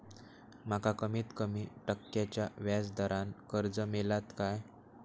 माका कमीत कमी टक्क्याच्या व्याज दरान कर्ज मेलात काय?